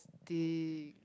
think